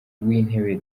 w’intebe